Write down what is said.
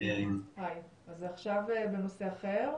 אז עכשיו זה בנושא אחר.